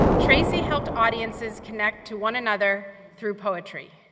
tracy helped audiences connect to one another through poetry.